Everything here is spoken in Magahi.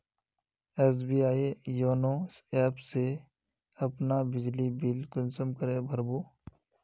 एस.बी.आई योनो ऐप से अपना बिजली बिल कुंसम करे भर बो?